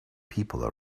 people